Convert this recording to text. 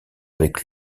avec